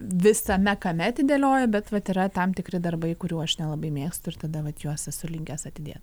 visame kame atidėlioja bet vat yra tam tikri darbai kurių aš nelabai mėgstu ir tada vat juos esu linkęs atidėt